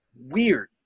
weird